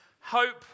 hope